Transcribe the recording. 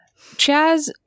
Chaz